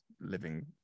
living